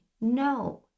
no